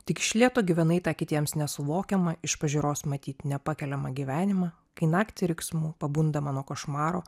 tik iš lėto gyvenai tą kitiems nesuvokiamą iš pažiūros matyt nepakeliamą gyvenimą kai naktį riksmu pabundama nuo košmaro